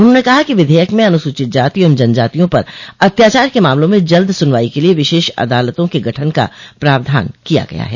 उन्होंने कहा कि विधेयक में अनुसूचित जाति एवं जनजातियों पर अत्याचार के मामलों में जल्द सुनवाई के लिए विशेष अदालतों के गठन का प्रावधान किया गया है